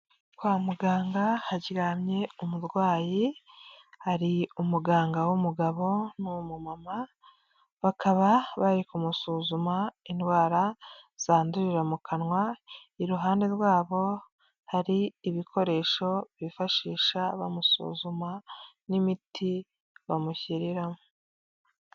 Kwa muganga haryamye umurwayi hari umuganga w'umugabo n'uw'umumama, bakaba bari kumusuzuma indwara zandurira mu kanwa, iruhande rwabo hari ibikoresho bifashisha bamusuzuma n'imiti bamushyiriramo.